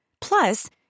Plus